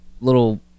little